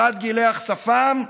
אחד גילח שפם,